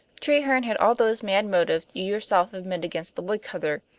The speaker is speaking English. treherne had all those mad motives you yourself admit against the woodcutter.